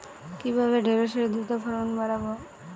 কিভাবে ঢেঁড়সের দ্রুত ফলন বাড়াব?